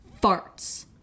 farts